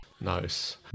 Nice